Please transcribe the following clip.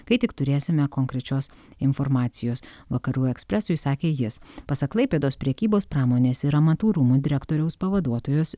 kai tik turėsime konkrečios informacijos vakarų ekspresui sakė jis pasak klaipėdos prekybos pramonės ir amatų rūmų direktoriaus pavaduotojos